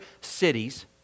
cities